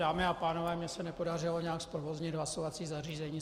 Dámy a pánové, mně se nepodařilo nějak zprovoznit hlasovací zařízení.